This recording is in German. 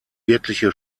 wirkliche